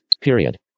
Period